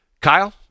Kyle